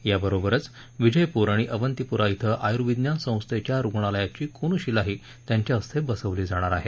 याबरोबरच विजयपूर आणि अवंतिपुरा क्वें आयुर्विज्ञान संस्थेच्या रुग्णालयाची कोनशिलाही त्यांच्या हस्ते बसवली जाणार आहे